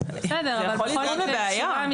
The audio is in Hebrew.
זה יכול לגרום לבעיה,